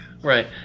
Right